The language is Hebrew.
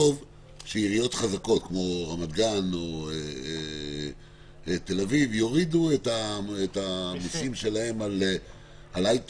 שעיריות חזקות כמו רמת גן או תל אביב יורידו את המיסים שלהן על הייטק,